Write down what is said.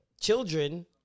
Children